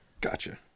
Gotcha